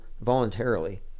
voluntarily